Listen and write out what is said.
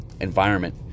environment